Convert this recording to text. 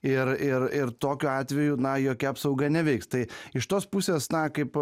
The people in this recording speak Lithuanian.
ir ir ir tokiu atveju na jokia apsauga neveiks tai iš tos pusės na kaip